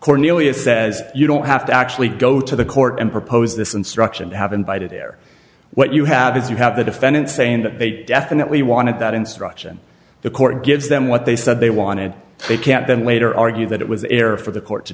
cornelius says you don't have to actually go to the court and propose this instruction to have invited there what you have is you have the defendant saying that they definitely wanted that instruction the court gives them what they said they wanted they can't then later argue that it was error for the court to